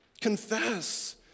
confess